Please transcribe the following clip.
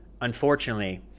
Unfortunately